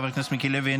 חבר הכנסת מיקי לוי,